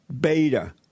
Beta